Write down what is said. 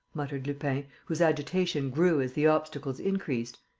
muttered lupin, whose agitation grew as the obstacles increased,